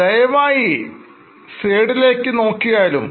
ദയവായി സൈഡിലേക്ക് നോക്കിയാലും